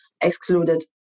excluded